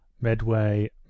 medway